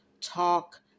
talk